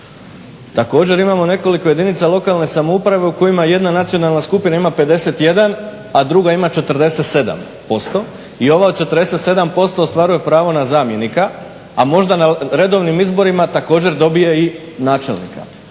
Također imamo nekoliko jedinica lokalne samouprave u kojima jedna nacionalna skupina ima 51, a druga ima 47% i ova od 47% ostvaruje pravo na zamjenika, a možda na redovnim izborima također dobije i načelnika.